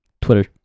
twitter